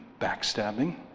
backstabbing